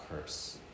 curse